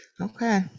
okay